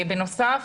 בנוסף,